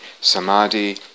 samadhi